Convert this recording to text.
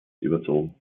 überzogen